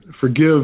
forgive